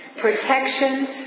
protection